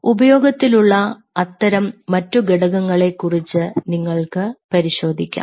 ഉപയോഗത്തിലുള്ള അത്തരം മറ്റു ഘടകങ്ങളെ കുറിച്ച് നിങ്ങൾക്ക് പരിശോധിക്കാം